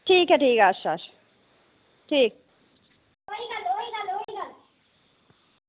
ठीक ऐ ठीक ऐ अच्छा अच्छा ठीक